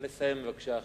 נא לסיים.